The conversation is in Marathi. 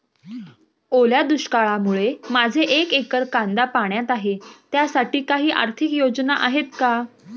ओल्या दुष्काळामुळे माझे एक एकर कांदा पाण्यात आहे त्यासाठी काही आर्थिक योजना आहेत का?